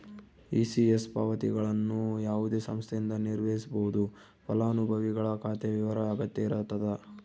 ECS ಪಾವತಿಗಳನ್ನು ಯಾವುದೇ ಸಂಸ್ಥೆಯಿಂದ ನಿರ್ವಹಿಸ್ಬೋದು ಫಲಾನುಭವಿಗಳ ಖಾತೆಯ ವಿವರ ಅಗತ್ಯ ಇರತದ